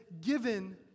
given